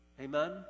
Amen